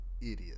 idiot